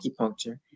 acupuncture